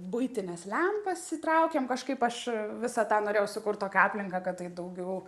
buitines lempas įtraukėm kažkaip aš visą tą norėjau sukurt tokią aplinką kad tai daugiau